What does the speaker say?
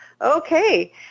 Okay